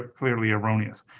ah clearly erroneous.